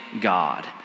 God